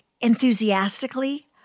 enthusiastically